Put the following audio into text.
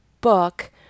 book